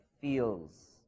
feels